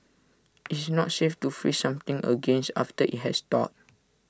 it's not safe to freeze something again after IT has thawed